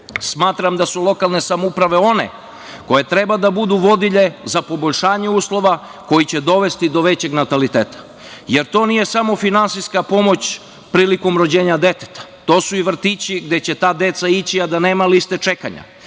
decom. Smatram da su lokalne samouprave one koje treba da budu vodilje za poboljšanje uslova koji će dovesti do većeg nataliteta, jer to nije samo finansijska pomoć prilikom rođenja deteta, to su i vrtići gde će ta deca ići, a da nema liste čekanja,